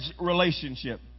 relationship